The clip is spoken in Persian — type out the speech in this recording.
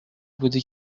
بودی